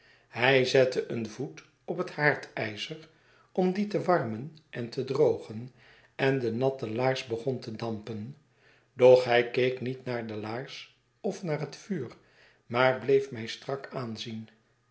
hij zette een voet op het haardijzer om dien te warmen en te drogen en de natte laars begon te dampen doch hij keek niet naar de laars of naar het vuur maar bleef mij strak aanzien